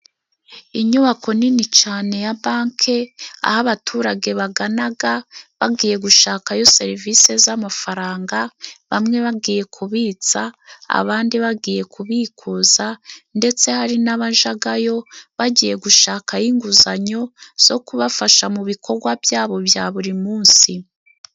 Inyubako nini cane ya banke aho abaturage baganaga, bagiye gushakayo serivisi z'amafaranga. Bamwe bagiye kubitsa, abandi bagiye kubikuza, ndetse hari n'abajagayo bagiye gushakayo inguzanyo zo kubafasha mu bikogwa byabo bya buri munsi.